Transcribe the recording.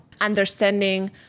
understanding